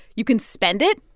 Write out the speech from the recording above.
you can spend it.